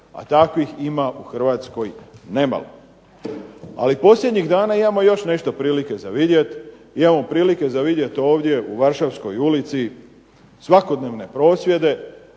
a takvih ima u Hrvatskoj nemalo. Ali posljednjih dana imamo još nešto prilike za vidjeti, imamo prilike za vidjeti ovdje u Varšavskoj ulici svakodnevne prosvjede,